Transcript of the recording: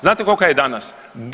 Znate kolika je danas?